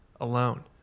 alone